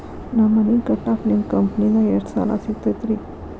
ನಾ ಮನಿ ಕಟ್ಟಾಕ ನಿಮ್ಮ ಕಂಪನಿದಾಗ ಎಷ್ಟ ಸಾಲ ಸಿಗತೈತ್ರಿ?